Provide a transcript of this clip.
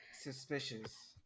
Suspicious